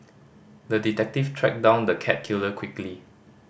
the detective tracked down the cat killer quickly